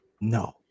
No